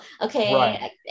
okay